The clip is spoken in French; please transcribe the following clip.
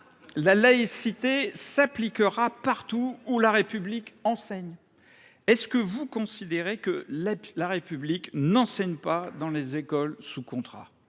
La laïcité s’appliquera partout où la République enseigne. » Considérez vous donc que la République n’enseigne pas dans les écoles sous contrat ?